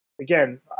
again